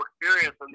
experience